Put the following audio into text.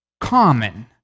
common